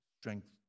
Strength